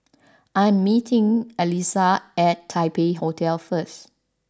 I am meeting Allyssa at Taipei Hotel first